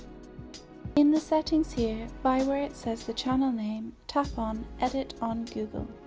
in the settings here by where it says the channel name, tap on edit on google.